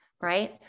right